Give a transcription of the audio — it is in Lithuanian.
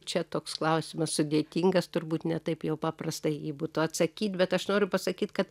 čia toks klausimas sudėtingas turbūt ne taip jau paprastai į jį būtų atsakyt bet aš noriu pasakyt kad